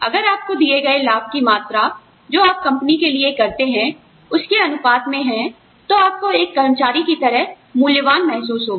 अगर आपको दिए गए लाभ की मात्रा जो आप कंपनी के लिए करते हैं उसके अनुपात में है तो आपको एक कर्मचारी की तरह मूल्यवान महसूस होगा